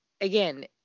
again